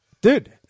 Dude